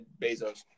Bezos